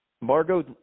Margot